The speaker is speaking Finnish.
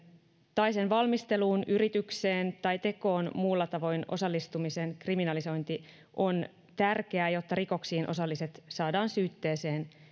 tai sen valmisteluun yritykseen tai tekoon muulla tavoin osallistumisen kriminalisointi on tärkeää jotta rikoksiin osalliset saadaan syytteeseen